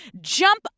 jump